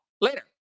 later